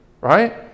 right